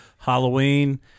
halloween